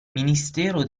ministero